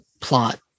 plot